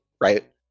right